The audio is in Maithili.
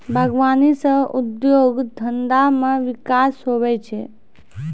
बागवानी से उद्योग धंधा मे बिकास हुवै छै